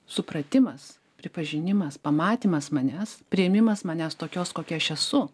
supratimas pripažinimas pamatymas manęs priėmimas manęs tokios kokia aš esu